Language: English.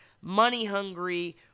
money-hungry